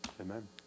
amen